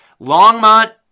Longmont